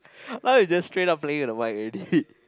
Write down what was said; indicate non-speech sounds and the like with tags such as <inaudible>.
<breath> now you just straight up playing in the mic already <laughs>